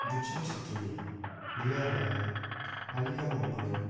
Dipsan Chhetri Riya Rai Balika Magar